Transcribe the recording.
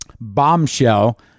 Bombshell